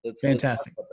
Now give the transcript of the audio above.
Fantastic